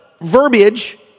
verbiage